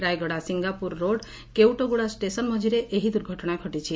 Rayagada Singapur road Keutaguda station ମଝିରେ ଏହି ଦୁର୍ଘଟଶା ଘଟିଛି